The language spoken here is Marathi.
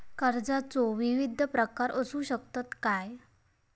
कर्जाचो विविध प्रकार असु शकतत काय?